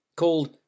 called